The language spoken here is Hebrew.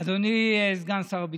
אדוני סגן שר הביטחון,